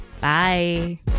Bye